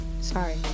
Sorry